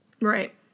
Right